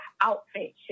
outfit